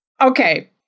Okay